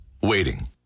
waiting